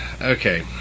okay